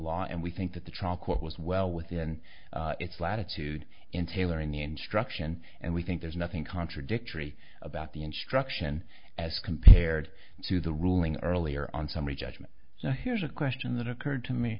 law and we think that the trial court was well within its latitude in tailoring the instruction and we think there's nothing contradictory about the instruction as compared to the ruling earlier on summary judgment so here's a question that occurred to me